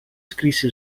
scrisse